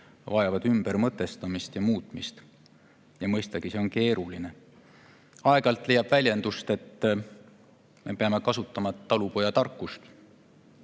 vajavad ümbermõtestamist ja muutmist. Mõistagi on see keeruline. Aeg-ajalt [kohtab] väljendit, et me peame kasutama talupojatarkust.